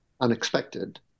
unexpected